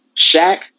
Shaq